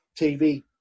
tv